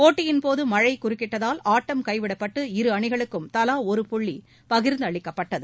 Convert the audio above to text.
போட்டியின்போது மழை குறுக்கிட்டதால் ஆட்டம் கைவிடப்பட்டு இரு அணிகளுக்கும் தலா ஒரு புள்ளி பகிர்ந்தளிக்கப்பட்டது